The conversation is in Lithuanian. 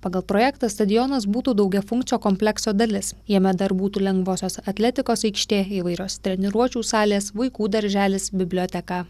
pagal projektą stadionas būtų daugiafunkcio komplekso dalis jame dar būtų lengvosios atletikos aikštė įvairios treniruočių salės vaikų darželis biblioteka